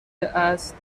است